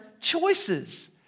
choices